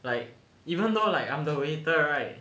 like even though like I am the waiter right